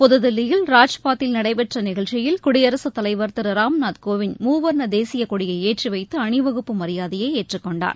புதுதில்லியில் ராஜ்பாத்தில் நடைபெற்ற நிகழ்ச்சியில் குடியரசுத் தலைவர் திரு ராம்நாத் கோவிந்த் மூவர்ண தேசியக்கொடியை ஏற்றிவைத்து அணிவகுப்பு மரியாதையை ஏற்றுக்கொண்டார்